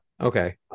Okay